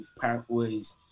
pathways